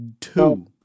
two